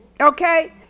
okay